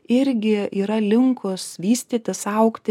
irgi yra linkus vystytis augti